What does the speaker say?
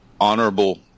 honorable